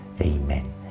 Amen